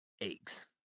eggs